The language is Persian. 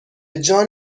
جان